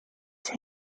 that